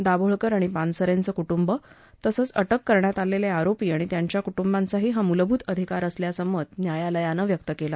दाभोळकर आणि पानसरेंचं कुटुंब तसेच अटक करण्यात आलेले आरोपी आणि त्यांच्या कुटुंबांचाही हा मूलभूत अधिकार असल्याचं मत न्यायालयानं व्यक्त केलं